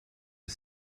are